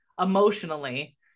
emotionally